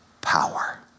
power